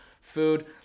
food